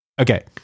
Okay